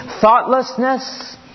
thoughtlessness